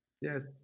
Yes